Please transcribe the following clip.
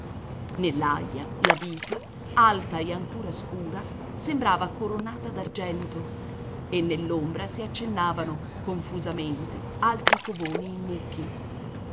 nell'aia la bica alta e ancora scura sembrava coronata d'argento e nell'ombra si accennavano confusamente altri covoni in mucchi